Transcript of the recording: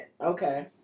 Okay